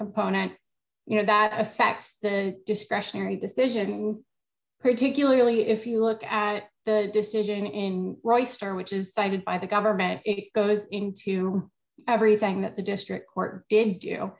component you know that affects the discretionary decision particularly if you look at the decision in royster which is cited by the government it goes into everything that the district court did you